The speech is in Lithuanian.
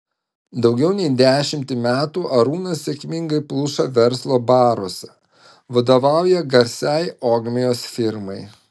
daugiau nei dešimtį metų arūnas sėkmingai pluša verslo baruose vadovauja garsiai ogmios firmai